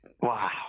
Wow